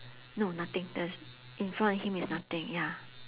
no nothing there's in front of him is nothing ya